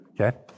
Okay